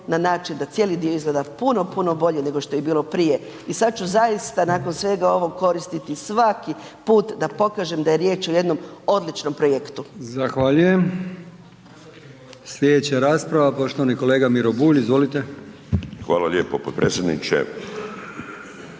na način da cijeli dio izgleda puno, puno bolje nego što je bilo prije i sad ću zaista nakon svega ovoga koristiti svaki put da pokažem da je riječ o jednom odličnom projektu. **Brkić, Milijan (HDZ)** Zahvaljujem. Slijedeća rasprava poštovani kolega Miro Bulj. Izvolite. **Bulj, Miro (MOST)** Hvala lijepo potpredsjedniče.